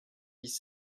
dix